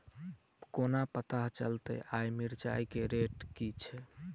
कोना पत्ता चलतै आय मिर्चाय केँ रेट की छै?